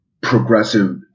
progressive